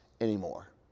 anymore